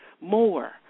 more